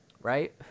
Right